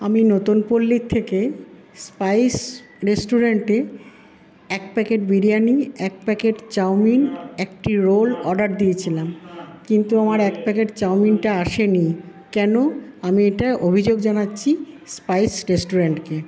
আমি নতুন পল্লীর থেকে স্পাইস রেস্টুরেন্টে এক প্যাকেট বিরিয়ানি এক প্যাকেট চাউমিন একটি রোল অর্ডার দিয়েছিলাম কিন্তু আমার এক প্যাকেট চাউমিনটা আসেনি কেন আমি এটা অভিযোগ জানাচ্ছি স্পাইস রেস্টুরেন্টকে